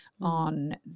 on